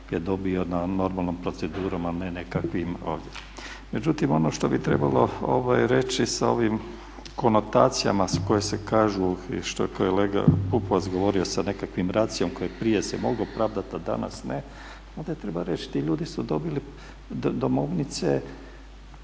je dobio normalnom procedurom, a ne nekakvim … Međutim ono što bi trebalo reći sa ovim konotacijama koje se kažu i što je kolega Pupovac govorio sa nekakvim racio koji se prije mogao pravdati, a danas ne, onda treba reći ti ljudi su dobili domovnice